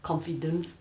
confidence